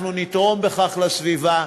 אנחנו נתרום בכך לסביבה,